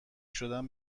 شدم